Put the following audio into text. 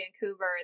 Vancouver